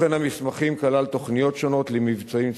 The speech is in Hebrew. תוכן המסמכים כלל תוכניות שונות למבצעים צבאיים,